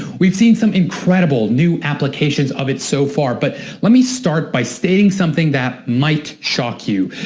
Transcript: we've seen some incredible new applications of it so far but let me start by stating something that might shock you.